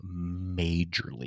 majorly